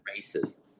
racism